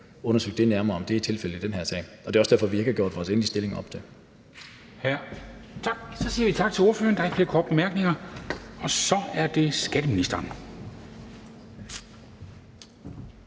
undersøgt det nærmere, altså om det er tilfældet i den her sag. Det er også derfor, vi ikke har taget endelig stilling til